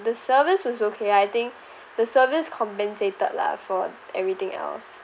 the service was okay I think the service compensated lah for everything else